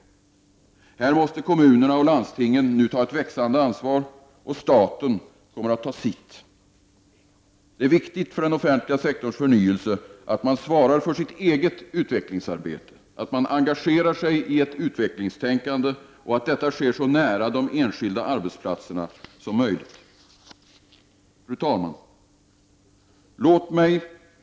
Här måste kommunerna och landstingen nu ta ett växande ansvar, och staten kommer att ta sitt. Det är viktigt för den offentliga sektorns förnyelse att man svarar för sitt eget utvecklingsarbete, att man engagerar sig i ett utvecklingstänkande och att detta sker så nära de enskilda arbetsplatserna som möjligt. Fru talman!